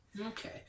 Okay